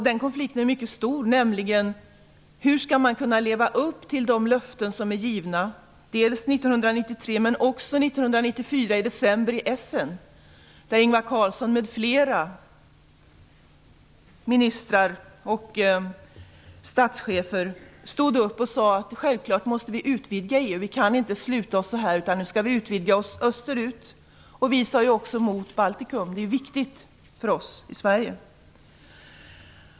Den konflikten är mycket stor, och den handlar om hur man skall kunna leva upp till de löften som är givna, dels 1993, dels i december 1994 i Essen, där Ingvar Carlsson m.fl. ministrar och statschefer stod upp och sade att vi självklart måste utvidga EU; att vi inte kan sluta oss, utan att vi skall utvidga oss österut. Vi sade att det också gäller Baltikum - det är viktigt för oss i Sverige.